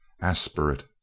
aspirate